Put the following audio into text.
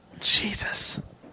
Jesus